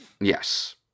Yes